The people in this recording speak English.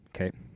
Okay